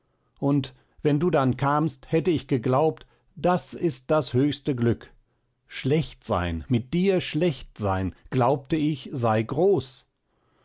und wenn du dann kamst hätte ich geglaubt das ist das höchste glück schlecht sein mit dir schlecht sein glaubte ich sei groß